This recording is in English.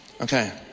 Okay